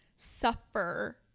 suffer